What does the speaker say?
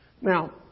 Now